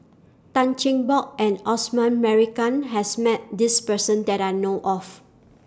Tan Cheng Bock and Osman Merican has Met This Person that I know of